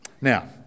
Now